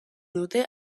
dute